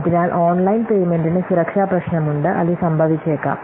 അതിനാൽ ഓൺലൈൻ പേയ്മെന്റിന് സുരക്ഷാ പ്രശ്നമുണ്ട് അത് സംഭവിച്ചേക്കാം